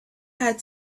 had